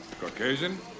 Caucasian